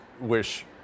wish